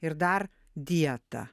ir dar dieta